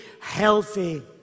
healthy